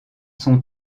son